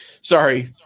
sorry